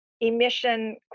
emission